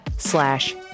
slash